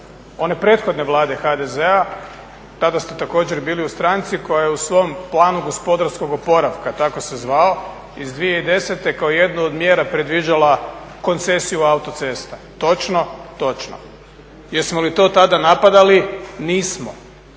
one prethodne Vlade HDZ-a kada ste također bili u stranci koja je u svom planu gospodarskog oporavka tako se zvao iz 2010. kao jednu od mjera predviđala koncesiju autocesta. Točno? Točno. Jesmo li to tada napadali? Nismo.